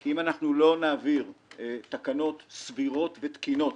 כי אם אנחנו לא נעביר תקנות סבירות ותקינות